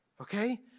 Okay